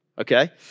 okay